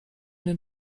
den